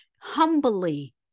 humbly